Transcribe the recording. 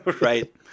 Right